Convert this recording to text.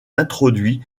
introduits